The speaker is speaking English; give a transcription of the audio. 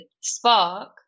Spark